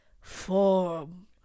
form